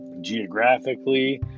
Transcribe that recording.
geographically